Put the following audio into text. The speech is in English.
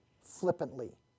flippantly